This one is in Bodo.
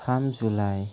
थाम जुलाइ